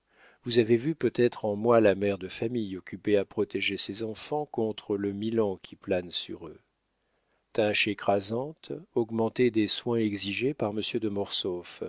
vous avez vu peut-être en moi la mère de famille occupée à protéger ses enfants contre le milan qui plane sur eux tâche écrasante augmentée des soins exigés par monsieur de